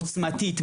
עוצמתית,